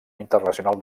internacional